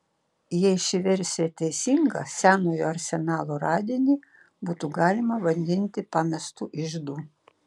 jei ši versija teisinga senojo arsenalo radinį būtų galima vadinti pamestu iždu